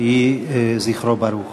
יהי זכרו ברוך.